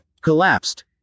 Collapsed